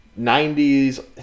90s